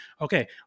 okay